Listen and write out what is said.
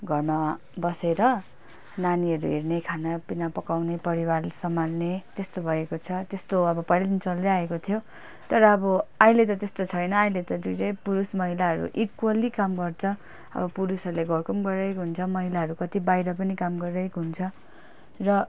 घरमा बसेर नानीहरू हेर्ने खाना पिना पकाउने परिवार सम्हाल्ने त्यस्तो भएको छ त्यस्तो अब पहिल्यैदेखि चल्दै आएको थियो तर अब अहिले त त्यस्तो छैन अहिले त दुइटै पुरुष महिलाहरू इक्वल्ली काम गर्छ अब पुरुषहरूले घरको पनि गरिरहेको हुन्छ महिलाहरू कति बाहिर पनि काम गरिरहेको हुन्छ र